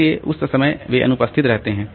इसलिए उस समय वे अनुपस्थित रहते हैं